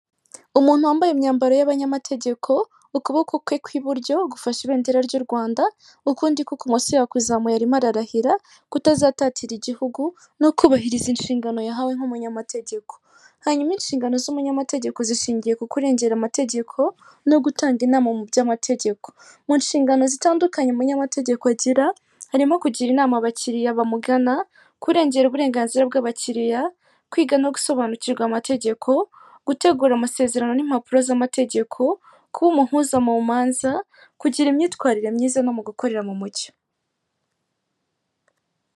Umuntu wambaye imyambaro y'abanyamategeko, ukuboko kwe kw'iburyo gufasha ibendera ry'u Rwanda, ukundi ku kumoso yakuzamuye arimo ararahira kutazatatira Igihugu no kubahiriza inshingano yahawe nk'umunyamategeko. Hanyuma inshingano z'umunyamategeko zishingiye ku kurengera amategeko, no gutanga inama mu by'amategeko. Mu nshingano zitandukanye umunyamategeko agira, harimo kugira inama abakiriya bamugana, kurengera uburenganzira bw'abakiriya, kwiga no gusobanukirwa amategeko, gutegura amasezerano n'impapuro z'amategeko, kuba umuhuza mu manza, kugira imyitwarire myiza no mu gukorera mu mucyo.